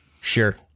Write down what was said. Sure